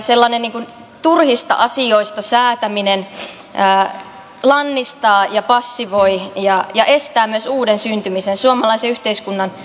ylisääntely ja turhista asioista säätäminen lannistaa passivoi ja estää myös uuden syntymisen suomalaisen yhteiskunnan uudistumisen